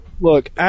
Look